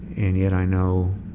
and yet i know,